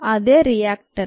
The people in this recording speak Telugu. అదే రియాక్టర్